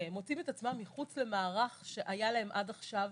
מוצאים את עצמם מחוץ למערך שהיה להם עד עכשיו,